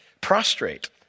prostrate